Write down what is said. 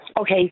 okay